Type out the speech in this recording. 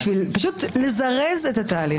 בשביל לזרז את התהליך.